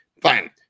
Fine